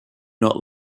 not